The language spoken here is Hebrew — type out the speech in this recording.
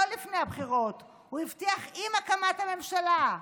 לא לפני הבחירות, הוא הבטיח עם הקמת הממשלה,